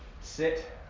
sit